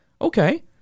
okay